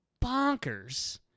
bonkers